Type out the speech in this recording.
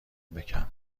بکن